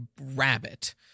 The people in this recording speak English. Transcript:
rabbit